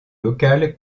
locale